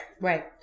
Right